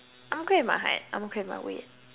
I'm okay with my height I'm okay with my weight